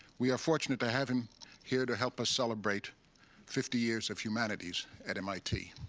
we are fortunate to have him here to help us celebrate fifty years of humanities at mit.